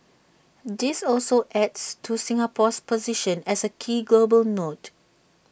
this also adds to Singapore's position as A key global node